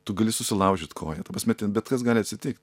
tu gali susilaužyt koją ta pasme ten bet kas gali atsitikt